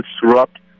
disrupt